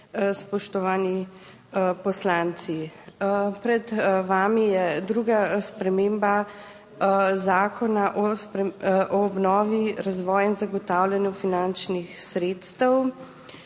spoštovani poslanci! Pred vami je druga sprememba Zakona o obnovi, razvoju in zagotavljanju finančnih sredstev.